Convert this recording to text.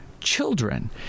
children